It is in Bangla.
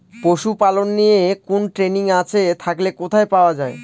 পশুপালন নিয়ে কোন ট্রেনিং আছে থাকলে কোথায় পাওয়া য়ায়?